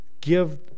give